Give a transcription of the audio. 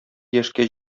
яшькә